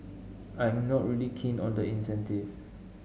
I'm not really keen on the incentive